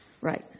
Right